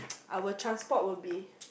our transport will be